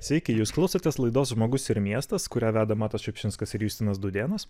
sveiki jūs klausotės laidos žmogus ir miestas kurią veda matas šiupšinskas ir justinas dūdėnas